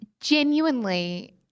genuinely